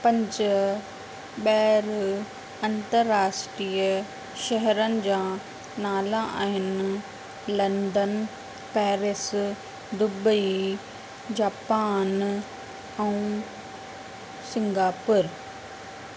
पंज ॿाहिरि अंतराष्ट्रीय शहरनि जा नाला आहिनि लंडन पेरिस दुबई जापान ऐं सिंगापुर